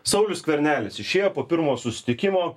saulius skvernelis išėjo po pirmo susitikimo